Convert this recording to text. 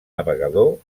navegador